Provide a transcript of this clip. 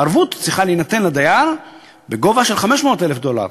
הערבות צריכה להינתן לדייר בגובה של 500,000 דולר.